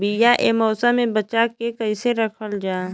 बीया ए मौसम में बचा के कइसे रखल जा?